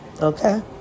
okay